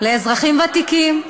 לאזרחים ותיקים,